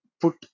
put